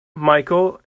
micheal